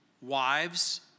Wives